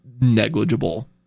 negligible